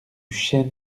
chêne